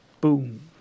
boom